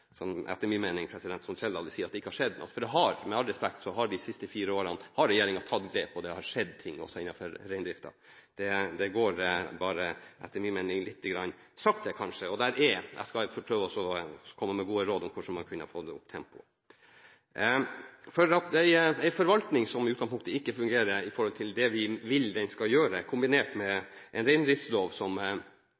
gjøres. Etter min mening er det ikke riktig så mørkt som Trældal sier, at det ikke har skjedd noe. For, med all respekt, regjeringen har de siste fire årene tatt grep, og det har skjedd ting også innenfor reindriften. Det går bare litt sakte, og jeg skal forsøke å komme med gode råd om hvordan man kunne fått opp tempoet. En forvaltning som i utgangspunktet ikke fungerer slik vi vil den skal gjøre, kombinert med